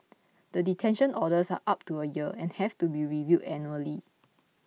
the detention orders are up to a year and have to be reviewed annually